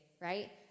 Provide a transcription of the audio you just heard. right